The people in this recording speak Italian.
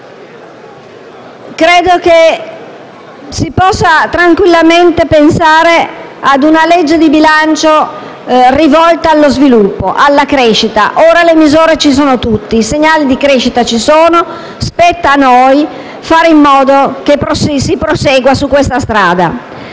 Credo si possa tranquillamente pensare a una legge di bilancio rivolta allo sviluppo e alla crescita. Ora le misure ci sono tutte. I segnali di crescita sono presenti e spetta a noi fare in modo che si prosegua su questa strada.